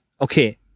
Okay